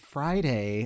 Friday